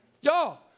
Y'all